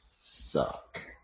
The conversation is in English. suck